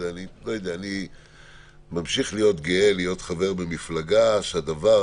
אני ממשיך להיות גאה להיות חבר במפלגה שהיתרון